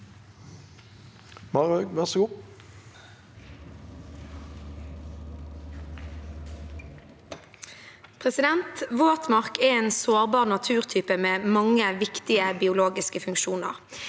«Våtmark er en sår- bar naturtype med mange viktige biologiske funksjoner.